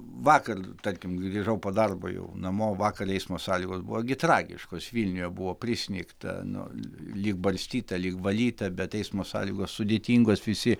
vakar tarkim grįžau po darbo jau namo vakar eismo sąlygos buvo tragiškos vilniuje buvo prisnigta nu lyg barstyta lyg valyta bet eismo sąlygos sudėtingos visi